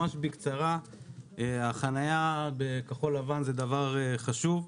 ממש בקצרה, החניה בכחול לבן זה דבר חשוב,